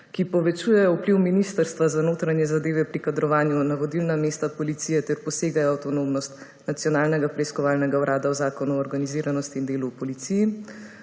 ki povečujejo vpliv Ministrstva za notranje zadeve pri kadrovanju na vodilna mesta policije ter posegajo v avtonomnost Nacionalnega preiskovalnega urada o Zakonu o organiziranosti in delu v policiji.